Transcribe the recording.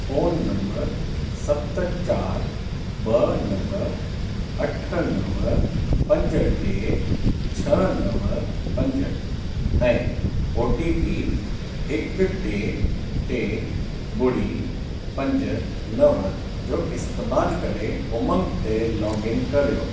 phone number सत चार ॿ नव अठ नव पंज टे छह नव पंज ऐं ओ टी पी हिकु टे टे ॿुड़ी पंज नव जो इस्तेमाल करे उमंग ते लॉगइन कर्यो